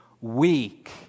weak